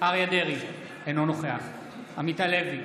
אריה מכלוף דרעי, אינו נוכח עמית הלוי,